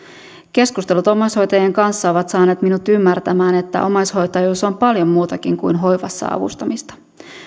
keskustelut omaishoitajien kanssa ovat saaneet minut ymmärtämään että omaishoitajuus on paljon muutakin kuin hoivassa avustamista